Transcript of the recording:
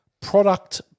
Product